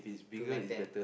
two man tent